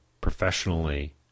professionally